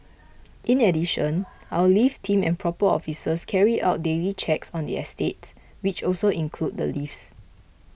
in addition our lift team and proper officers carry out daily checks on the estates which also include the lifts